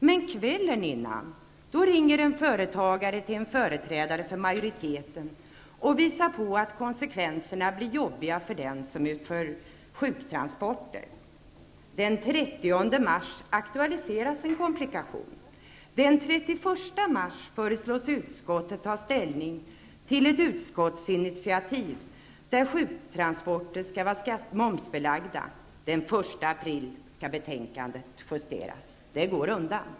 Men kvällen före ringer en företagare till en företrädare för majoriteten och visar på att konsekvenserna blir jobbiga för den som utför sjuktransporter. Den 30 mars aktualiseras en komplikation. Den 31 mars föreslås utskottet ta ställning till ett utskottsinitiativ som innebär att sjuktransporter skall vara momsbelagda. Den 1 april skall betänkandet justeras. Det går undan.